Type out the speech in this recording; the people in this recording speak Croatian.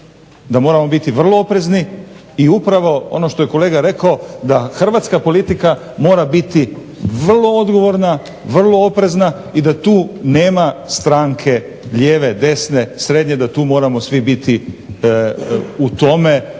da moramo biti vrlo oprezni i upravo ono što je kolega rekao da hrvatska politika mora biti vrlo odgovorna, vrlo oprezna i da tu nema stranke, lijeve, desne, srednje da tu moramo svi biti u tome